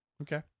Okay